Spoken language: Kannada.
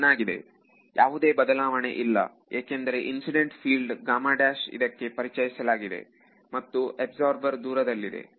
ಚೆನ್ನಾಗಿದೆ ಯಾವುದೇ ಬದಲಾವಣೆ ಇಲ್ಲ ಏಕೆಂದರೆ ಇನ್ಸಿಡೆಂಟ್ ಫೀಲ್ಡ್ ಇದಕ್ಕೆ ಪರಿಚಯಿಸಲಾಗಿದೆ ಮತ್ತು ಅಬ್ಸಾರ್ಬರ್ ದೂರದಲ್ಲಿದೆ